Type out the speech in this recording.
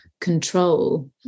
control